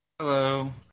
Hello